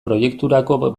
proiekturako